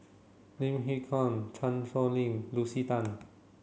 Lim Hak Con Chan Sow Lin Lucy Tan